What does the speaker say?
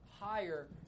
higher